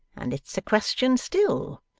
and it's a question still